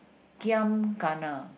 Giam Kana